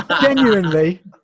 Genuinely